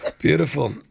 Beautiful